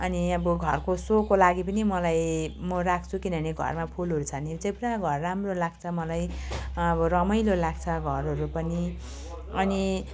अनि अब घरको सोको लागि पनि मलाई म राख्छु किनभने घरमा फुलहरू छ भने चाहिँ पुरा घर राम्रो लाग्छ मलाई अब रमाइलो लाग्छ घरहरू पनि अनि